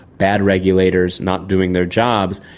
bad regulators not doing their jobs,